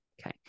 Okay